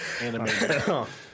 Animated